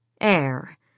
Air